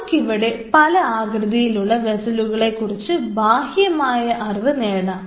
നമുക്കിവിടെ പല ആകൃതിയിലുള്ള വെസ്സലുകളെ കുറിച്ചുള്ള ബാഹ്യമായ അറിവ് നേടാം